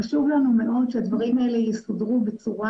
חשוב לנו מאוד שהדברים האלה יסודרו בצורה